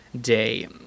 day